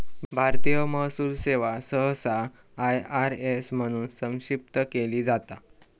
भारतीय महसूल सेवा सहसा आय.आर.एस म्हणून संक्षिप्त केली जाता